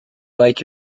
like